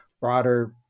broader